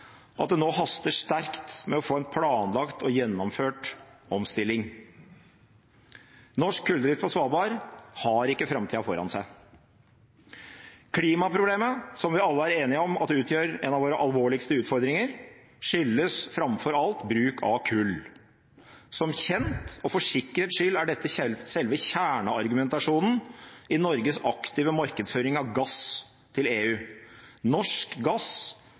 at det nå haster sterkt med å få en planlagt og gjennomført omstilling. Norsk kulldrift på Svalbard har ikke framtida for seg. Klimaproblemet, som vi alle er enige om utgjør en av våre alvorligste utfordringer, skyldes framfor alt bruk av kull. Som kjent, og for sikkerhets skyld, er dette selve kjerneargumentasjonen i Norges aktive markedsføring av gass til EU: Norsk gass